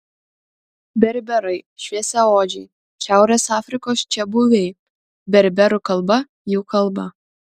berberai šviesiaodžiai šiaurės afrikos čiabuviai berberų kalba jų kalba